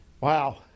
Wow